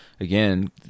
Again